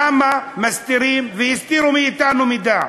למה מסתירים והסתירו מאתנו מידע?